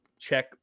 Check